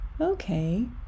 Okay